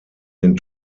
den